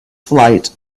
flight